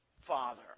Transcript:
father